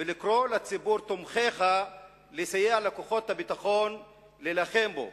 ולקרוא לציבור תומכיך לסייע לכוחות הביטחון להילחם בו".